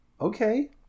okay